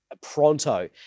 Pronto